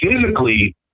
physically